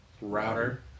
router